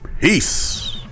peace